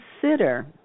consider